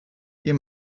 you